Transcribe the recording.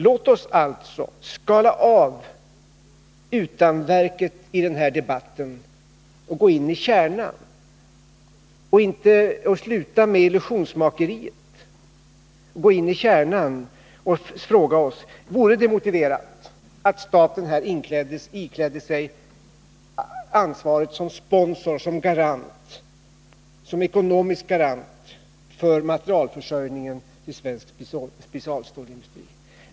Låt oss alltså skala av utanverket i den här debatten och sluta med illusionsmakeriet och i stället gå in i kärnan och fråga oss: Vore det motiverat att staten här iklädde sig ansvar som sponsor, ekonomisk garant, för materialförsörjningen till svensk specialstålsindustri?